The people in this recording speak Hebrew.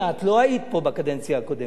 את לא היית פה בקדנציה הקודמת.